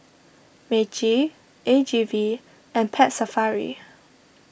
Meiji A G V and Pet Safari